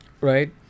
Right